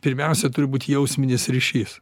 pirmiausia turi būt jausminis ryšys